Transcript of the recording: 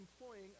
employing